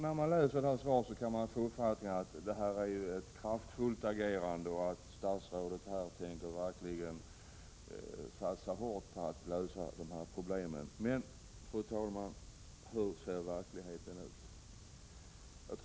När man läser svaret kan man få uppfattningen att det rör sig om ett kraftfullt agerande och att statsrådet verkligen tänker satsa hårt på att lösa dessa problem. Men, fru talman, hur ser verkligheten ut?